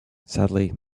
sadly